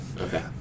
Okay